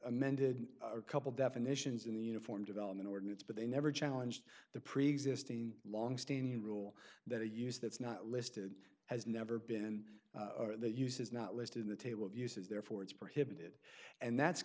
amended a couple definitions in the uniform development ordinance but they never challenged the preexisting longstanding rule that a use that's not listed has never been used is not listed in the table of uses therefore it's prohibited and that's